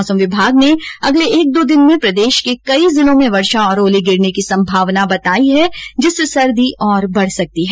मौसम विभाग ने अगले एक दो दिन में प्रदेश के कई जिलों में वर्षा और ओले गिरने की संभावना बताई है जिससे सर्दी और बढ सकती है